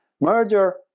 merger